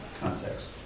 context